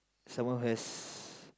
someone who has